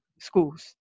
schools